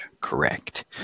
correct